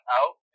out